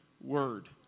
word